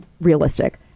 realistic